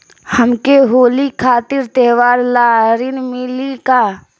हमके होली खातिर त्योहार ला ऋण मिली का?